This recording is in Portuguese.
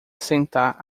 sentar